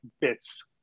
bits